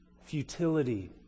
futility